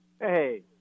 Hey